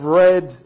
read